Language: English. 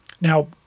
Now